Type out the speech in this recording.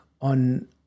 on